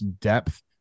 depth